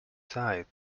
side